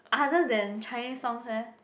other than Chinese songs eh